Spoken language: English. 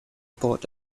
port